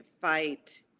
fight